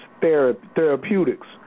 therapeutics